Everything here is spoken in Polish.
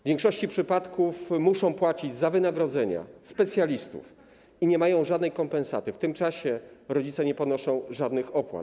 W większości przypadków muszą płacić za wynagrodzenia specjalistów i nie mają żadnej kompensaty, w tym czasie rodzice nie ponoszą żadnych opłat.